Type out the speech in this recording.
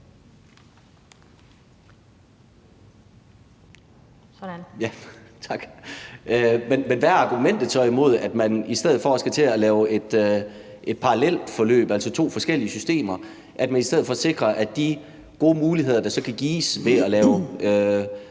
hvad er så argumentet imod, at man i stedet for at skulle til at lave et parallelforløb, altså to forskellige systemer, sikrer, at der er gode muligheder, der så kan gives ved at lave